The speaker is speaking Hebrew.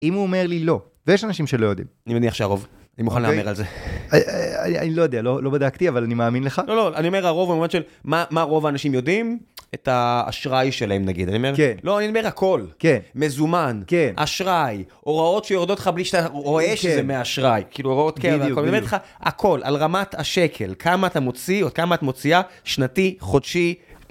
אם הוא אומר לי לא, ויש שם אנשים שלא יודעים. אני מניח שהרוב. אני מוכן לאמר על זה. אין, לא יודע, לא בדקתי אבל אני מאמין לך. אני אומר הרוב במובן של מה רוב האנשים יודעים, את ה-אשראי שלהם נגיד. לא, אני אומר הכל. כן, מזומן, אשראי, הוראות שיורדות לך בלי שאתה רואה, זה מהאשראי, כאילו הוראות קבע. הכל, על רמת השקל. כמה אתה מוציא, או כמה את מוציאה, שנתי, חודשי.